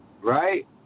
Right